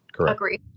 Agree